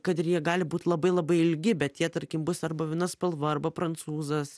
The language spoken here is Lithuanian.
kad ir jie gali būt labai labai ilgi bet jie tarkim bus arba viena spalva arba prancūzas